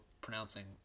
pronouncing